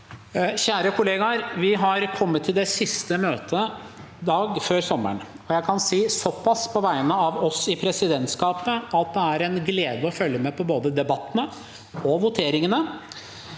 Kjære kollegaer! Vi har kommet til siste møtedag før sommeren. Jeg kan si såpass på vegne av oss i presidentskapet at det er en glede å følge med på både debattene og voteringene.